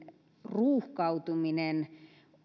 ruuhkautuminen on